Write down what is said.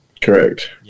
Correct